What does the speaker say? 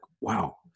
wow